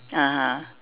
(uh huh)